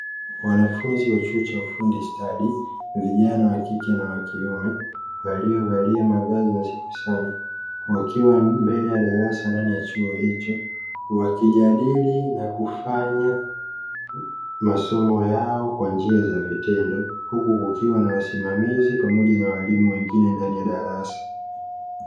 Wanafunzi wa chuo cha ufundi stadi, vijana wa kike na kiume; waliovalia mavazi nadhifu sana, wakiwa mbele ya darasa ndani ya chuo hicho, wakijadili na kufanya masomo yao kwa njia za vitendo, huku kukiwa na wasimamizi pamoja na walimu wengine ndani ya darasa.